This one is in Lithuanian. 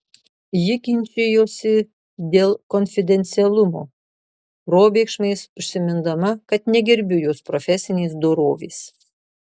ji ginčijosi dėl konfidencialumo probėgšmais užsimindama kad negerbiu jos profesinės dorovės